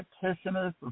practitioners